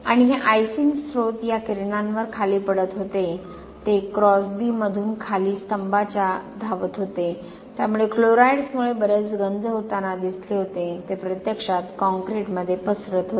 आणि हे आइसिंग स्त्रोत या किरणांवर खाली पडत होते ते क्रॉसबीममधून खाली स्तंभांच्या खाली धावत होते त्यामुळे क्लोराईड्समुळे बरेच गंज होताना दिसले होते ते प्रत्यक्षात काँक्रीटमध्ये पसरत होते